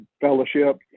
fellowship